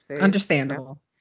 understandable